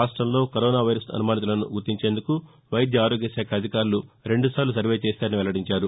రాష్టంలో corona virus అనుమానితులను గుర్తించేందుకు వైద్య ఆరోగ్య శాఖ అధికారులు రెండుసార్లు సర్వే చేశారని వెల్లడించారు